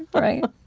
right,